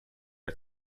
are